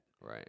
Right